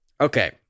okay